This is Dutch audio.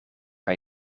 bij